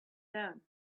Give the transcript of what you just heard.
down